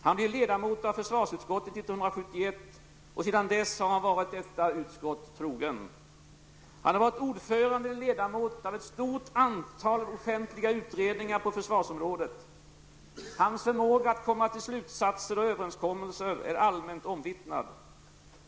Han blev ledamot av försvarsutskottet 1971, och sedan dess har han varit detta utskott trogen. Han har varit ordförande eller ledamot av ett stort antal offentliga utredningar på försvarsområdet. Hans förmåga att komma till slutsatser och överenskommelser är allmänt omvittnad.